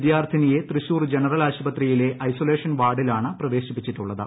വിദ്യാർത്ഥിനിയെ Thrissur general ആശുപത്രിയിലെ isolation വാർഡിലാണ് പ്രവേശിപ്പിച്ചിട്ടുള്ളത്